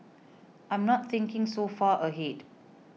I'm not thinking so far ahead